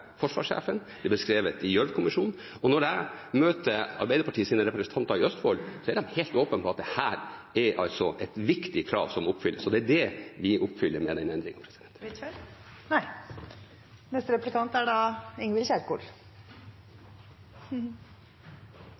forsvarssjefen, og det er skrevet i Gjørv-kommisjonen. Og når jeg møter Arbeiderpartiets representanter i Østfold, er de helt åpne på at dette er et viktig krav som er oppfylt. Det er det vi oppfyller med